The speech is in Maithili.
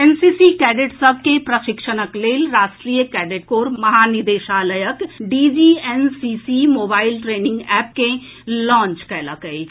एनसीसी कैडेट सभ के प्रशिक्षणक लेल राष्ट्रीयक कैडेट कोर महानिदेशालयक डीजीएनसीसी मोबाईल ट्रेनिंग एप के लॉन्च कयल गेल अछि